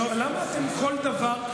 למה אתם כל דבר,